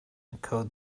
encode